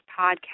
podcast